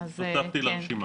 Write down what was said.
כן, הוספתי לרשימה.